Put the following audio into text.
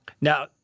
Now